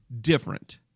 different